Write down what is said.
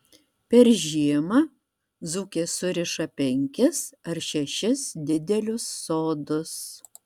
per žiemą dzūkės suriša penkis ar šešis didelius sodus